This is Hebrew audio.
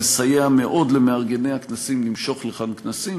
מסייע מאוד למארגני הכנסים למשוך לכאן כנסים,